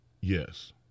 Yes